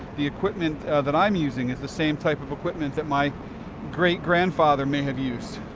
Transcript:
the equipment that i'm using is the same type of equipment that my great grandfather may have used.